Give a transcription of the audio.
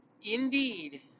indeed